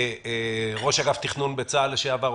ראש אגף תכנון בצה"ל לשעבר,